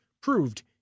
proved